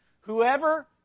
whoever